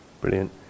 brilliant